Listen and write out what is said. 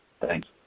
Thanks